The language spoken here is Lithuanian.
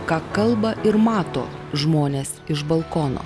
ką kalba ir mato žmonės iš balkono